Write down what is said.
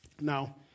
Now